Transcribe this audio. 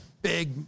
big